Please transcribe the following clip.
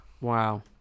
Wow